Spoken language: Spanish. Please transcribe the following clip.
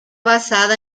basada